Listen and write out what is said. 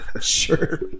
Sure